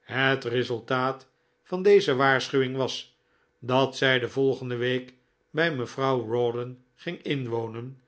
het resultaat van deze waarschuwing was dat zij de volgende week bij mevrouw rawdon ging inwonen